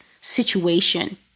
situation